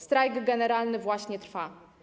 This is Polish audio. Strajk generalny właśnie trwa.